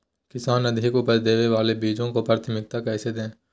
किसान अधिक उपज देवे वाले बीजों के प्राथमिकता कैसे दे?